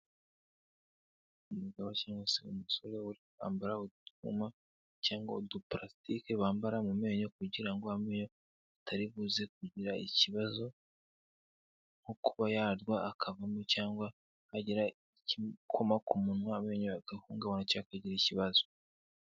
Umugabo cyangwa se umusore wari kwambara utwuma cyangwa udupalasitike bambara mu menyo kugira ngo amenyo atariribuze kugira ikibazo, nko kuba yagwa akavamo cyangwa hagira igikoma ku munwa amenyo agahungabana cyangwa akagira ikibazo.